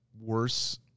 worse